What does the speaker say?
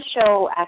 show